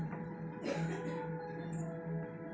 ಮಿಶ್ರ ಬೆಳಿ ಮಾಡಿದ್ರ ಲಾಭ ಆಕ್ಕೆತಿ?